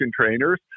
trainers